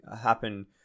happen